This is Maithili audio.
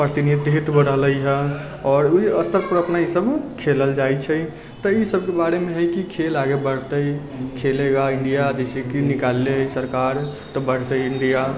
प्रतिनिधित्व रहले है आओर ओहि स्तर पर अपना ईसबमे खेलल जाइ छै तऽ ईसब के बारे मे है कि खेल आगे बढ़ते खेलेगा इण्डिया जैसेकि निकालले है सरकार बढ़तै इण्डिया